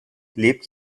lebt